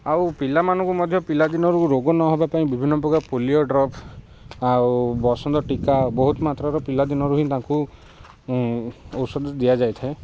ଆଉ ପିଲାମାନଙ୍କୁ ମଧ୍ୟ ପିଲାଦିନରୁ ରୋଗ ନ ହେବା ପାଇଁ ବିଭିନ୍ନ ପ୍ରକାର ପୋଲିଓ ଡ୍ରପ୍ ଆଉ ବସନ୍ତ ଟୀକା ବହୁତ ମାତ୍ରାର ପିଲାଦିନରୁ ହିଁ ତାଙ୍କୁ ଔଷଧ ଦିଆଯାଇଥାଏ